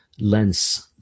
lens